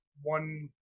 one